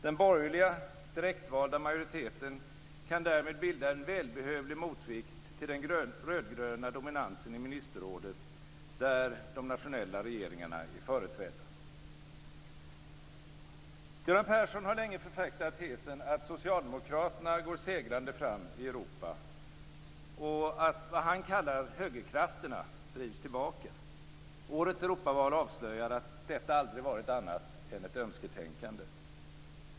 Den borgerliga direktvalda majoriteten kan därmed bilda en välbehövlig motvikt till den rödgröna dominansen i ministerrådet, där de nationella regeringarna är företrädda. Göran Persson har länge förfäktat tesen att socialdemokraterna går segrande fram i Europa och att det han kallar "högerkrafterna" drivs tillbaka. Årets Europaval avslöjar att detta aldrig varit annat än ett önsketänkande.